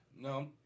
No